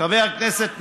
חבר הכנסת נהרי,